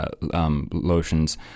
lotions